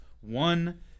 one